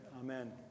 Amen